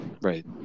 right